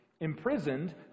Imprisoned